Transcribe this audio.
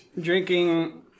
drinking